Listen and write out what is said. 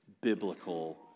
biblical